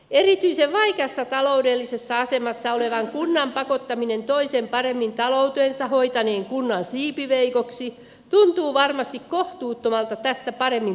erityisen vaikeassa taloudellisessa asemassa olevan kunnan pakottaminen toisen paremmin taloutensa hoitaneen kunnan siipiveikoksi tuntuu varmasti kohtuuttomalta tästä paremmin pärjänneestä kunnas ta